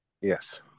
Yes